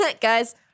Guys